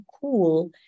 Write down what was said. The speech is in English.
cool